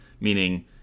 meaning